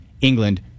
England